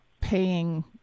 paying